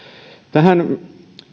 tähän